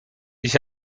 ich